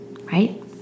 right